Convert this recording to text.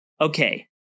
Okay